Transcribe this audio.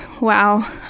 wow